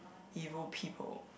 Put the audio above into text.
evil people